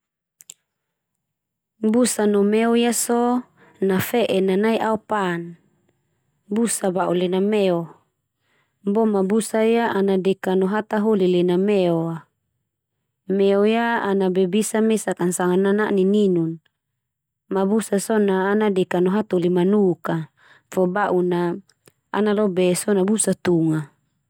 Busa no meo ia so, na fe'en na nai aopan. Busa ba'u lena meo boma busa ia ana deka no hatahok lena meo a. Meo ia ana be bisa mesak kan sanga nana'a nininum ma busa sona ana deka no hatoli manuk ka, fo ba'un na ana lo be so na busa tunga.